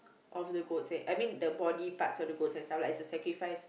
of the goats eh I mean the body parts of the goats and stuff like is a sacrifice